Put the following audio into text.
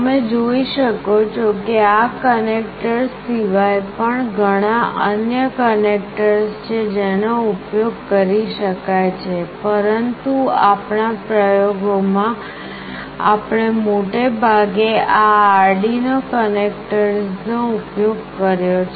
તમે જોઈ શકો છો કે આ કનેક્ટર્સ સિવાય પણ ઘણા અન્ય કનેક્ટર્સ છે જેનો ઉપયોગ કરી શકાય છે પરંતુ આપણા પ્રયોગમાં આપણે મોટે ભાગે આ આર્ડિનો કનેક્ટર્સનો ઉપયોગ કર્યો છે